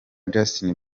justin